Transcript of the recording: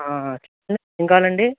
ఏమి కావాలండి